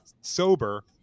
sober